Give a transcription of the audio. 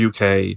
UK